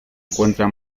encuentra